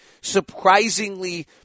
surprisingly